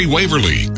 Waverly